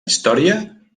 història